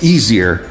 easier